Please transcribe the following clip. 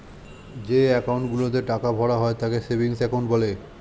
যে অ্যাকাউন্ট গুলোতে টাকা ভরা হয় তাকে সেভিংস অ্যাকাউন্ট বলে